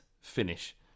finish